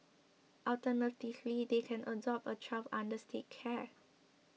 alternatively they can adopt a child under State care